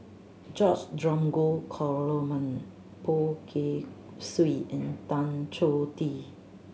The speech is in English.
George Dromgold Coleman Poh Kay Swee and Tan Choh Tee